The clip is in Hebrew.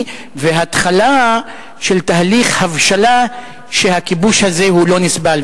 שלה וההתחלה של תהליך הבשלה שהכיבוש הזה הוא לא נסבל,